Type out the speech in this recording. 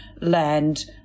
land